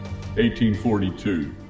1842